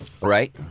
Right